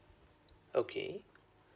okay